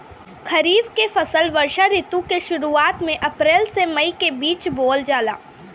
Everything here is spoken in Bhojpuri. खरीफ के फसल वर्षा ऋतु के शुरुआत में अप्रैल से मई के बीच बोअल जाला